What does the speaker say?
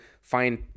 find